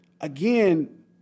again